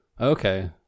Okay